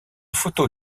photo